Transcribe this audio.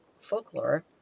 Folklore